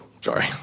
sorry